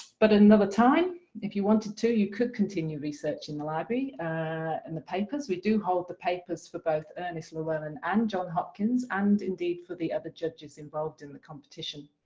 but in another time if you wanted to you could continue research in the library and the papers. we do hold the papers for both ernest llewellyn and john hopkins and indeed for the other judges involved in the competition,